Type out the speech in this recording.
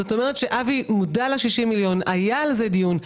זאת אומרת שאבי מודע ל-60 מיליון, היה על זה דיון.